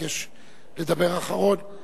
שביקש לדבר אחרון,